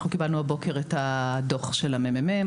אנחנו קיבלנו הבוקר את הדוח של הממ"מ,